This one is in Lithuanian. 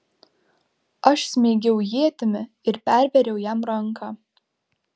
aš smeigiau ietimi ir pervėriau jam ranką